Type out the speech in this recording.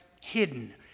hidden